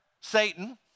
Satan